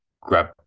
grab